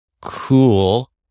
cool